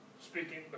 speaking